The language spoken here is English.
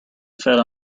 fed